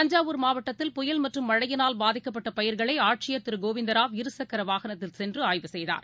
தஞ்சாவூர் மாவட்டத்தில் புயல் மற்றும் மழையினால் பாதிக்கப்பட்டபயிர்களைஆட்சியர் திரு கோவிந்தராவ் இருசக்கரவாகனத்தில் சென்றுஆய்வு செய்தார்